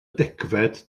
degfed